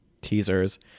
teasers